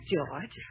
George